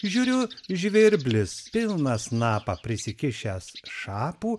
žiūriu žvirblis pilną snapą prisikišęs šapų